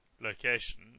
location